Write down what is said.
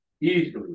easily